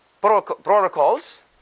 protocols